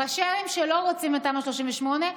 ראשי ערים שלא רוצים את תמ"א 38,